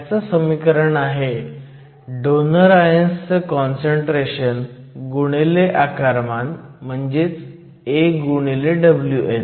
ह्याचं समीकरण आहे डोनर आयन्सचं काँसंट्रेशन गुणिले आकारमान AWn